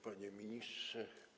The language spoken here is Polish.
Panie Ministrze!